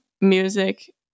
music